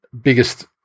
biggest